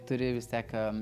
turi vistiek a